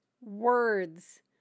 words